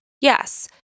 Yes